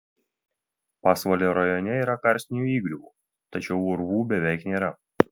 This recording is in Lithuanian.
pasvalio rajone yra karstinių įgriuvų tačiau urvų beveik nėra